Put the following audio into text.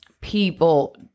people